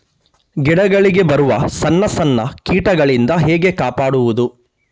ಗಿಡಗಳಿಗೆ ಬರುವ ಸಣ್ಣ ಸಣ್ಣ ಕೀಟಗಳಿಂದ ಹೇಗೆ ಕಾಪಾಡುವುದು?